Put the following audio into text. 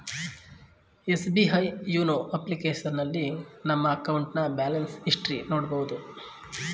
SBI YONO ಅಪ್ಲಿಕೇಶನ್ನಲ್ಲಿ ನಮ್ಮ ಅಕೌಂಟ್ನ ಬ್ಯಾಲೆನ್ಸ್ ಹಿಸ್ಟರಿ ನೋಡಬೋದು